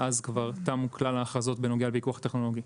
ואז כבר תמו כלל ההכרזות בנוגע לפיקוח הטכנולוגי.